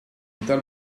tal